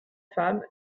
femme